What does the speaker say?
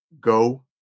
go